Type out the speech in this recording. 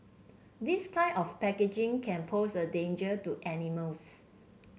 this kind of packaging can pose a danger to animals